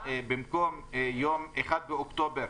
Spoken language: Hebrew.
במקום "1 באוקטובר",